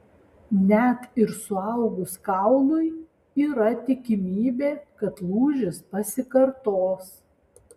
net ir suaugus kaului yra tikimybė kad lūžis pasikartos